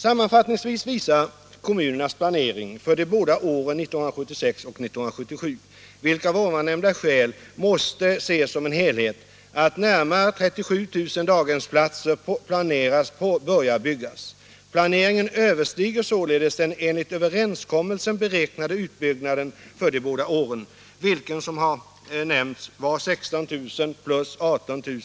Sammanfattningsvis visar kommunernas planering för de båda åren 1976 och 1977, vilka av ovannämnda skäl måste ses som en helhet, att närmare 37 000 daghemsplatser planeras börja byggas. Planeringen överstiger således den enligt överenskommelsen beräknade utbyggnaden för de båda åren, vilken som nämnts var 16 000 plus 18 000,